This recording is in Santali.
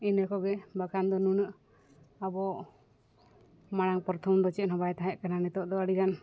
ᱤᱱᱟᱹ ᱠᱚᱜᱮ ᱵᱟᱠᱷᱟᱱ ᱫᱚ ᱱᱩᱱᱟᱹᱜ ᱟᱵᱚ ᱢᱟᱲᱟᱝ ᱯᱨᱚᱛᱷᱚᱢ ᱫᱚ ᱪᱮᱫᱦᱚᱸ ᱵᱟᱭ ᱛᱟᱦᱮᱸᱠᱟᱱᱟ ᱱᱤᱛᱳᱜ ᱫᱚ ᱟᱹᱰᱤᱜᱟᱱ